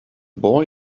boy